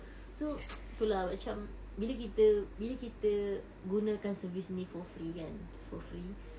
so tu lah macam bila kita bila kita gunakan service ni for free kan for free